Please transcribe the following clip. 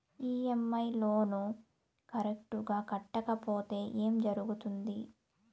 EMI loan correct గా కట్టకపోతే ఏం జరుగుతుంది